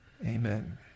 Amen